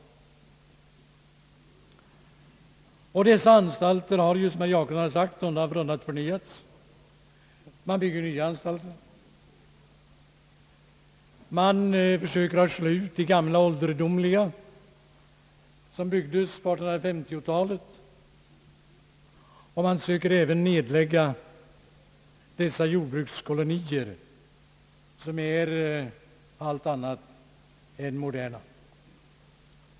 Dessa anstalter har, som herr Jacobsson sagt, undan för undan förnyats. Man bygger nya anstalter och försöker slå ut de gamla och ålderdomliga som byggdes på 1850-talet. Man försöker även nedlägga jordbrukskolonierna som är allt annat än moderna.